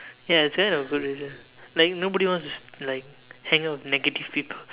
ya it's kind of a good reason like nobody wants to like hang out with negative people